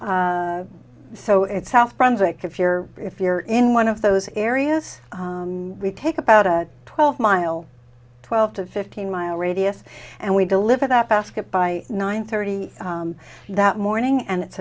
so it's south brunswick if you're if you're in one of those areas we take about a twelve mile twelve to fifteen mile radius and we deliver that basket by nine thirty that morning and it's